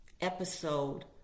episode